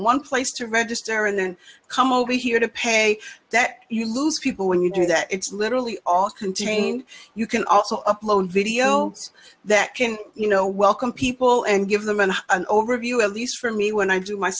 one place to register and then come over here to pay that you lose people when you do that it's literally all contained you can also upload video that can you know welcome people and give them an overview at least for me when i do my